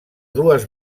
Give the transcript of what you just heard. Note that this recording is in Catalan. dues